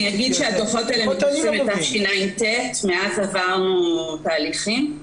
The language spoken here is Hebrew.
אני אגיד שהדוחות האלה מתייחסים לתשע"ט ומאז עברנו תהליכים.